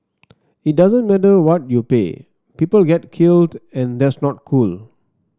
it doesn't matter what you pay people get killed and that's not cool